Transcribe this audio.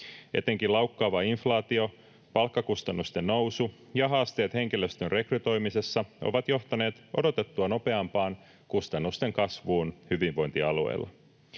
Etenkin laukkaava inflaatio, palkkakustannusten nousu ja haasteet henkilöstön rekrytoimisessa ovat johtaneet odotettua nopeampaan kustannusten kasvuun hyvinvointialueilla.